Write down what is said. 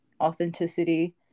authenticity